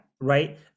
right